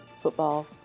football